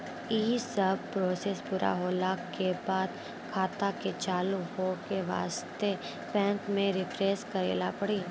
यी सब प्रोसेस पुरा होला के बाद खाता के चालू हो के वास्ते बैंक मे रिफ्रेश करैला पड़ी?